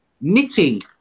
knitting